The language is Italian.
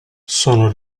sono